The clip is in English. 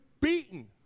beaten